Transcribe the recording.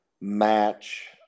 match